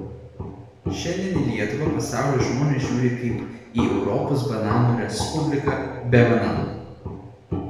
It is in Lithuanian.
šiandien į lietuvą pasaulio žmonės žiūri kaip į europos bananų respubliką be bananų